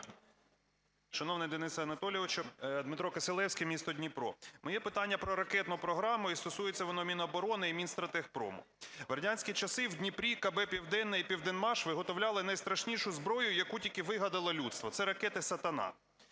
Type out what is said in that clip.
Шановний Денисе Анатолійовичу! Дмитро Кисилевський, місто Дніпро. Моє питання про ракетну програму і стосується воно Міноборони і Мінстратегпрому. В радянські часи в Дніпрі КБ "Південне" і "Південмаш" виготовляли найстрашнішу зброю, яку тільки вигадало людство, – це ракети "Сатана".